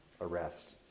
arrest